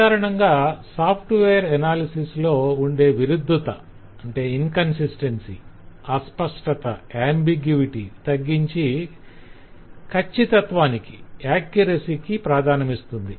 సాధారణంగా software analysis లో ఉండే విరుద్ధత అస్పష్టతలను తగ్గించి కచ్చితత్వానికి ప్రాధాన్యమిస్తుంది